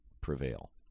prevail